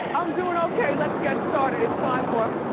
i'm doing okay, let's get started. it's time for.